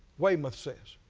weymouth says.